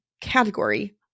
category